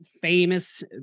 famous